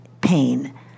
pain